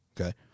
okay